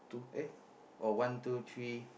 eh oh one two three